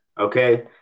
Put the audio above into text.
okay